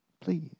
please